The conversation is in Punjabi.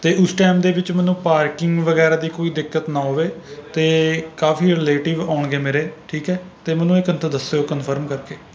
ਅਤੇ ਉਸ ਟਾਈਮ ਦੇ ਵਿੱਚ ਮੈਨੂੰ ਪਾਰਕਿੰਗ ਵਗੈਰਾ ਦੀ ਕੋਈ ਦਿੱਕਤ ਨਾ ਹੋਵੇ ਤੇ ਕਾਫੀ ਰੀਲੇਟਿਵ ਆਉਣਗੇ ਮੇਰੇ ਠੀਕ ਹੈ ਅਤੇ ਮੈਨੂੰ ਦੱਸਿਓ ਇਹ ਕੰਫਰਮ ਕਰਕੇ